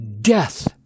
death